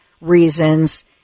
reasons